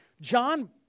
John